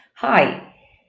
Hi